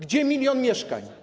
Gdzie milion mieszkań?